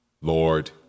Lord